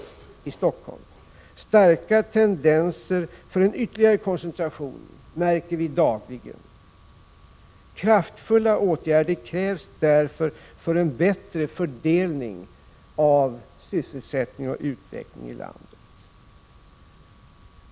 Vi märker dagligen starka tendenser till en ytterligare koncentration. Kraftfulla åtgärder krävs därför för en bättre fördelning av sysselsättning och utveckling i landet.